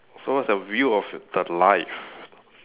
so what's your view of the life